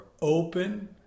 open